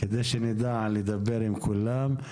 כדי שנדע לדבר עם כולם.